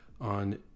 on